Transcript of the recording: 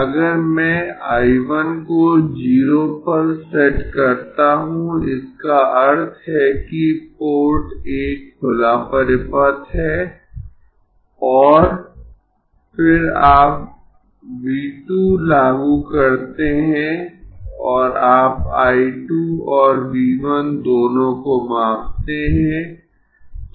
अगर मैं I 1 को 0 पर सेट करता हूं इसका अर्थ है कि पोर्ट 1 खुला परिपथ है और फिर आप V 2 लागू करते है और आप I 2 और V 1 दोनों को मापते है